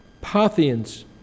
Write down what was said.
Parthians